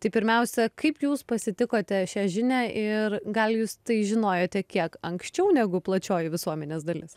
tai pirmiausia kaip jūs pasitikote šią žinią ir gal jūs tai žinojote kiek anksčiau negu plačioji visuomenės dalis